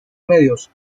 medios